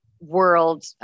world